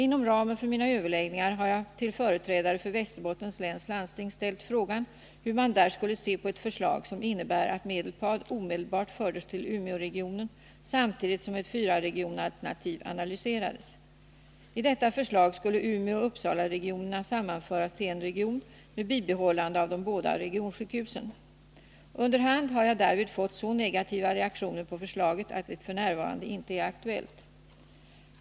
Inom ramen för mina överläggningar har jag till företrädare för Västerbottens läns landsting ställt frågan hur man där skulle se på ett förslag, som innebär att Medelpad omedelbart fördes till Umeåregionen samtidigt som ett fyraregionsalternativ analyserades. I detta förslag skulle Umeåoch Uppsalaregionerna sammanföras till en region med bibehållande av de båda regionsjukhusen. Under hand har jag därvid fått så negativa reaktioner på förslaget att det f. n. inte är aktuellt.